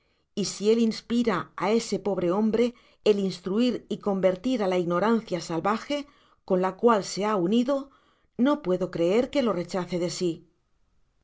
y si él inspira á ese pobre hombre el instruir y convertir á la ignorancia salvaje con la cual se ha unido no puedo creer que lo rechace de sí